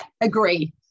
Agree